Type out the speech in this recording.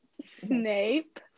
Snape